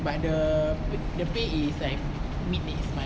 but the the pay is like mid base month